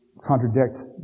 contradict